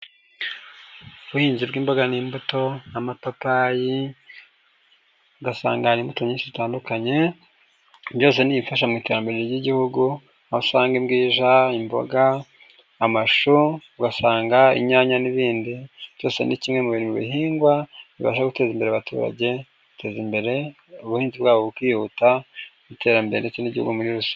Ubuhinzi bw'imboga n'imbuto n'amatapayi, ugasanga hari imbuto nyinshi zitandukanye, byose ni ibifasha mu iterambere ry'igihugu, aho usanga imbwija, imboga, amashu, ugasanga inyanya n'ibindi byose ni kimwe mu bihingwa bibasha guteza imbere abaturage biteza imbere ubuhinzi bwabo bukihuta mu iterambere n'igihugu muri rusange.